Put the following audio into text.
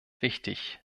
wichtig